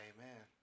Amen